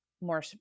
more